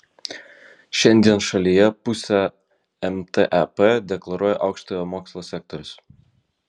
šiandien šalyje pusę mtep deklaruoja aukštojo mokslo sektorius